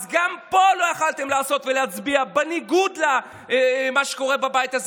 גם פה לא יכולתם לעשות ולהצביע בניגוד למה שקורה בבית הזה